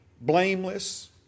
blameless